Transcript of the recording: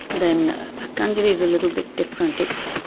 then a kanjeree is a little bit different. it's